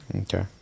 Okay